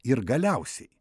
ir galiausiai